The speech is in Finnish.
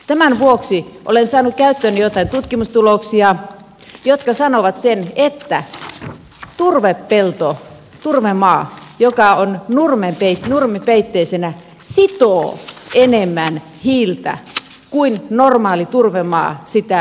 tämän vuoksi olen saanut käyttööni jotain tutkimustuloksia jotka sanovat sen että turvepelto turvemaa joka on nurmipeitteisenä sitoo enemmän hiiltä kuin normaali turvemaa sitä luovuttaa